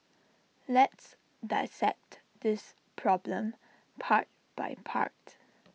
let's dissect this problem part by part